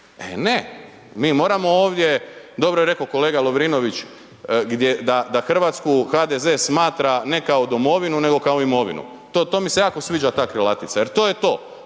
E ne, mi moramo ovdje, dobro je rekao kolega Lovrinović da Hrvatsku HDZ smatra ne kao domovinu nego kao imovinu, to mi se jako sviđa ta krilatica jer to je to,